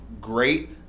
great